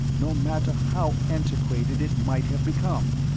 no matter how antiquated it might have become.